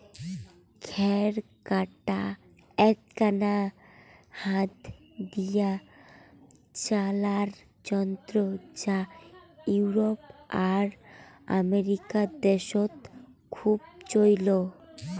খ্যার কাটা এ্যাকনা হাত দিয়া চালার যন্ত্র যা ইউরোপ আর আমেরিকা দ্যাশত খুব চইল